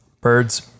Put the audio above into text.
birds